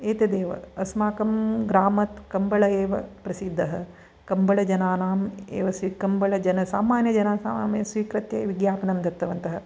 एतदेव अस्माकं ग्रामत् कम्बळ एव प्रसिद्धः कम्बळजनानां एव सामान्यजनानां स्वीकृत्य विज्ञापनं दत्तवन्तः